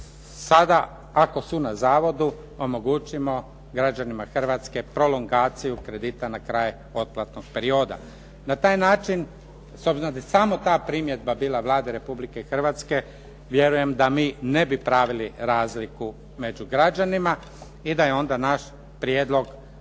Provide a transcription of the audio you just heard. sada ako su na zavodu omogućimo građanima Hrvatske prolongaciju kredita na kraj otplatnog perioda. Na taj način, s obzirom da je samo ta primjedba bila Vlade Republike Hrvatske, vjerujem da mi ne bi pravili razliku među građanima i da je onda naš prijedlog prihvatljiv